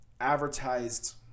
advertised